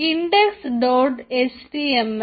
index dot HTML